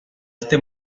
este